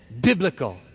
biblical